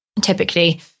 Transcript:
typically